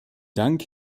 dank